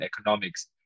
economics